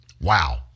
Wow